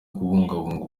kubungabunga